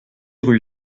rue